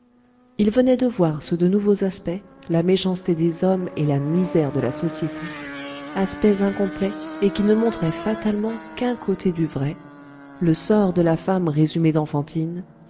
il venait de voir sous de nouveaux aspects la méchanceté des hommes et la misère de la société aspects incomplets et qui ne montraient fatalement qu'un côté du vrai le sort de la femme résumé